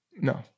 No